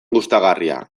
gustagarria